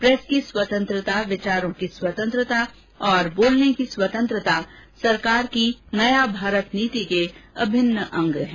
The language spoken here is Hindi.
प्रेस की स्वतंत्रता विचारों की स्वतंत्रता और बोलने की स्वतंत्रता सरकार की नया भारत नीति के अभिन्न अंग है